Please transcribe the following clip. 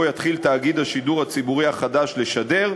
יתחיל תאגיד השידור הציבורי החדש לשדר,